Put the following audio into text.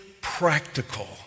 practical